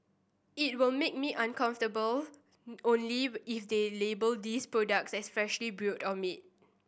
it will make me uncomfortable only if they label these products as freshly brewed or made